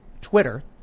Twitter –